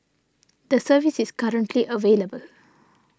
the service is currently available